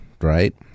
right